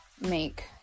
make